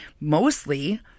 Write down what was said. mostly